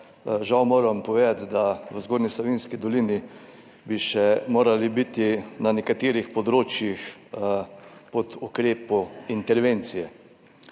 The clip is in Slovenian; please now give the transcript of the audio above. Žal moram povedati, da v Zgornji Savinjski dolini bi še morali biti na nekaterih področjih pod ukrepom intervencije,